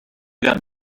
got